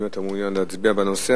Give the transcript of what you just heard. אם אתה מעוניין להצביע בנושא.